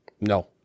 No